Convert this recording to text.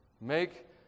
make